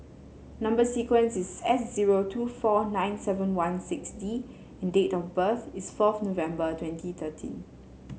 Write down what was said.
number sequence is S zero two four nine seven one six D and date of birth is fourth November twenty thirteen